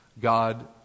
God